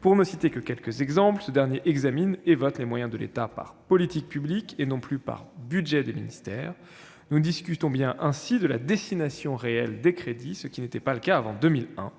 Pour ne citer que quelques exemples, celui-ci examine et vote les moyens de l'État par politique publique et non plus par budget des ministères. Nous discutons ainsi de la destination réelle des crédits, ce qui n'était pas le cas avant 2001,